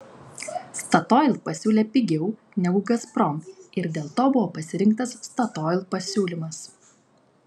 statoil pasiūlė pigiau negu gazprom ir dėl to buvo pasirinktas statoil pasiūlymas